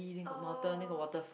oh